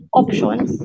options